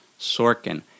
Sorkin